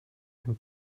den